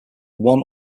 one